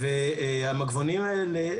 והמגבונים האלה,